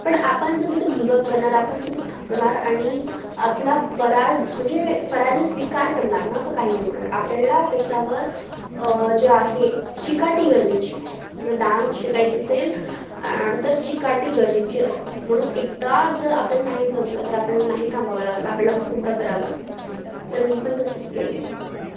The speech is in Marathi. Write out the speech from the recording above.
पण आपण जर तिथं गिव्हअप करणार आपण तिथे थकणार आणि आपला पराजय म्हणजे पराजय स्वीकार करणार ना तर काही नाही होणार आपल्याला त्याच्यावर जे आहे चिकाटी गरजेची आहे जर डान्स शिकायचं असेल आणि तर चिकाटी गरजेची असते म्हणून एकदा जर आपल्याला नाही जमलं तर आपल्याला नाही थांबावं लागतं आपल्याला खूपदा करावं लागतं तर मी पण तसंच केले